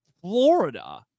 Florida